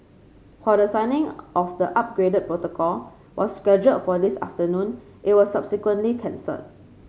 while the signing of the upgraded protocol was scheduled for this afternoon it was subsequently cancelled